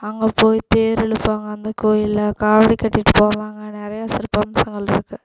அங்கே போய் தேரிழுப்பாங்க அந்த கோயிலில் காவடி கட்டிகிட்டு போவாங்க நிறைய சிறப்பம்சங்கள் இருக்கு